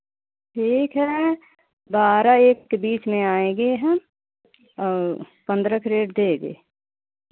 ठीक है बारह एक के बीच में आएगे हम और पन्द्रह के रेट देंगे